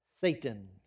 Satan